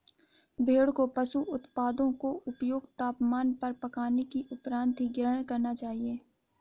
भेड़ को पशु उत्पादों को उपयुक्त तापमान पर पकाने के उपरांत ही ग्रहण करना चाहिए